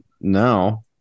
now